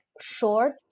short